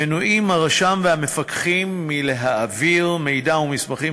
מנועים הרשם והמפקחים מלהעביר מידע או מסמכים